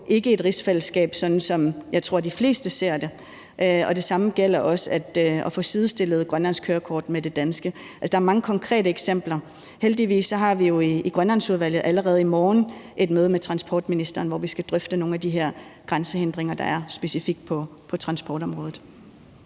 ikke et rigsfællesskab, sådan som jeg tror de fleste ser det. Det samme gælder også at få sidestillet det grønlandske kørekort med det danske. Der er mange konkrete eksempler. Heldigvis har vi jo i Grønlandsudvalget allerede i morgen et møde med transportministeren, hvor vi skal drøfte nogle af de her grænsehindringer, der er specifikt på transportområdet.